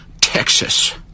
Texas